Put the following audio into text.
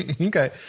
Okay